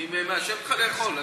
אני מאשר לך לאכול.